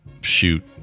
shoot